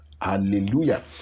Hallelujah